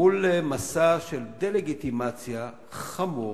מול מסע של דה-לגיטימציה חמור,